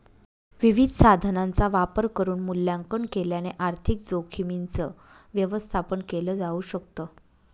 विविध साधनांचा वापर करून मूल्यांकन केल्याने आर्थिक जोखीमींच व्यवस्थापन केल जाऊ शकत